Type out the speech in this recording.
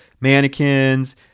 mannequins